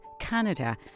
Canada